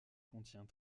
contient